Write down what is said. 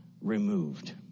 removed